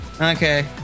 Okay